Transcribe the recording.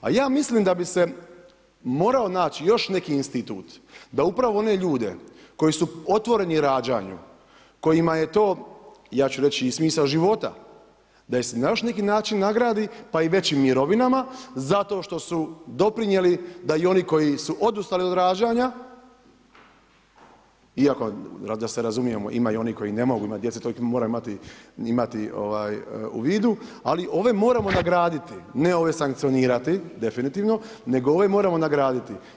A ja mislim da bi se morao naći još neki institut da upravo one ljude koji su otvoreni rađanju, kojima je to, ja ću reći, i smisao života, da ih se na još neki način nagradi pa i većim mirovinama zato što su doprinijeli da i oni koji su odustali od rađanja, iako da se razumijemo, ima i onih koji ne mogu imati djece, to moramo imati u vidu, ali ove moramo nagraditi, ne ove sankcionirati, definitivno, nego ove moramo nagraditi.